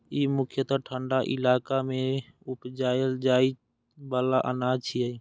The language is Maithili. ई मुख्यतः ठंढा इलाका मे उपजाएल जाइ बला अनाज छियै